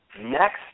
next